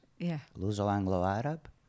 Luso-Anglo-Arab